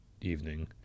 evening